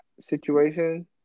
situation